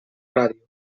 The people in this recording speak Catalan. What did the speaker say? ràdio